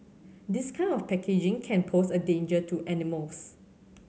this kind of packaging can pose a danger to animals